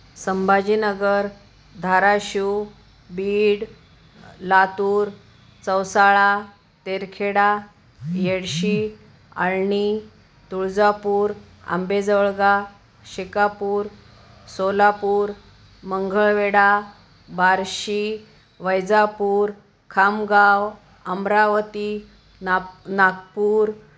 संभाजीनगर धाराशिव बीड लातूर चौसाळा तेरखेडा येडशी आळणी तुळजापूर आंबेजवळगा शेकापूर सोलापूर मंगळवेढा बारशी वैजापूर खामगाव अमरावती नाप नागपूर